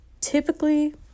typically